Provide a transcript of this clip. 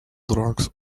drugs